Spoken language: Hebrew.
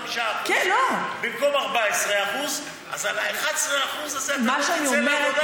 שבגלל שהמיסוי הוא 25% במקום 14% אז על ה-11% הזה אתה לא תצא לעבודה?